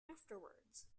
afterwards